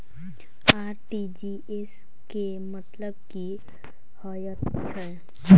RTGS केँ मतलब की हएत छै?